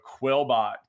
QuillBot